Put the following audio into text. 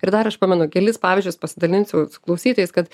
ir dar aš pamenu kelis pavyzdžius pasidalinsiu su klausytojais kad